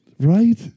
Right